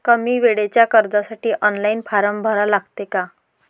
कमी वेळेच्या कर्जासाठी ऑनलाईन फारम भरा लागते का?